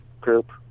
group